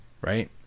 Right